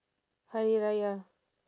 hari raya